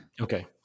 Okay